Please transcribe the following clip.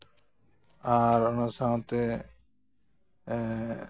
ᱟᱨ ᱚᱱᱟ ᱥᱟᱶᱛᱮ